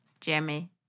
Jeremy